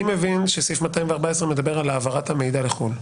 אני מבין שסעיף 214 מדבר על העברת המידע לחו"ל.